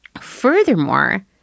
Furthermore